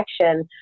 connection